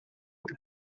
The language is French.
est